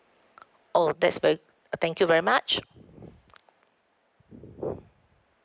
oh that's ver~ uh thank you very much